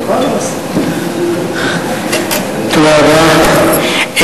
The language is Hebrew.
תודה רבה.